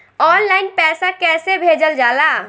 Online पैसा कैसे भेजल जाला?